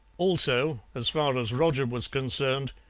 also, as far as roger was concerned,